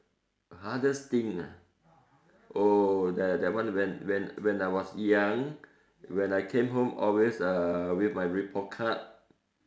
hardest thing ah oh that that one when when when I was young when I come home always uh with my report card